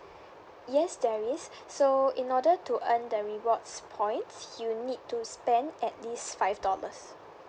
yes there is so in order to earn the rewards points you will need to spend at least five dollars